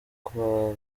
kuwa